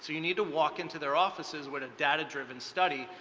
you need to walk into their offices with a data driven study.